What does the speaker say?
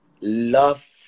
Love